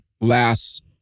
last